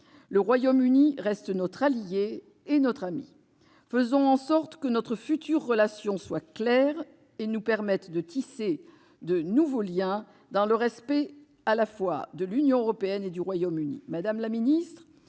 Le Royaume-Uni reste notre allié et notre ami. Faisons en sorte que notre future relation repose sur des bases claires et nous permette de tisser de nouveaux liens dans le respect, à la fois, de l'Union européenne et du Royaume-Uni. Madame la secrétaire